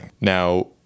Now